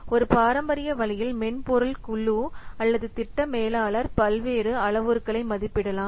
ஒரு பாரம்பரிய வழியில் மென்பொருள் குழு அல்லது திட்ட மேலாளர் பல்வேறு அளவுருக்களை மதிப்பிடலாம்